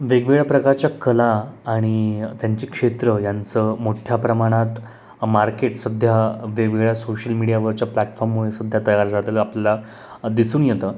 वेगवेगळ्या प्रकारच्या कला आणि त्यांचे क्षेत्र यांचं मोठ्या प्रमाणात मार्केट सध्या वेगवेगळ्या सोशल मीडियावरच्या प्लॅटफॉर्ममुळे सध्या तयार झालेलं आपल्याला दिसून येतं